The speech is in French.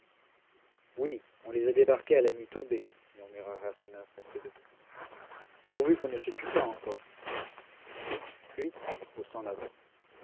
oui on les a débarqués à la nuit tombée murmura rasseneur resté debout pourvu qu'on ne se tue pas encore puis haussant la voix